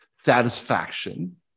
satisfaction